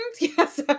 yes